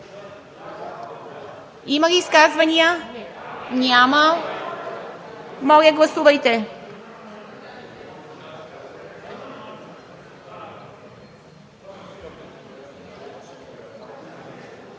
Има ли изказвания? Няма. Моля, гласувайте.